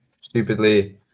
stupidly